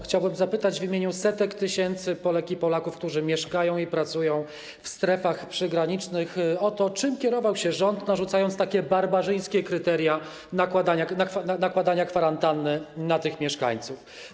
Chciałbym zapytać w imieniu setek tysięcy Polek i Polaków, którzy mieszkają i pracują w strefach przygranicznych, o to, czym kierował się rząd, narzucając takie barbarzyńskie kryteria nakładania kwarantanny na tych mieszkańców.